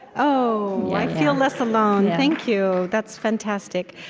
oh, i feel less alone. thank you. that's fantastic.